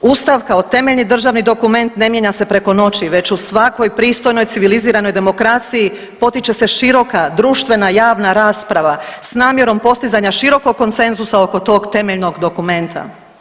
Ustav kao temeljni državni dokument ne mijenja se preko noći već u svakoj pristojnoj, civiliziranoj demokraciji potiče se široka društvena, javna rasprava s namjerom postizanja širokog konsenzusa oko tog temeljnog dokumenta.